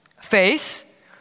face